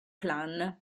clan